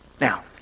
Now